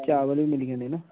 चावल बी मिली जाने ऐ ना